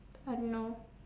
I don't know